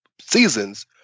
seasons